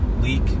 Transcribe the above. leak